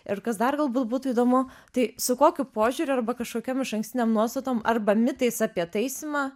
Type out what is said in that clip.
ir kas dar galbūt būtų įdomu tai su kokiu požiūriu arba kažkokiom išankstinėm nuostatom arba mitais apie taisymą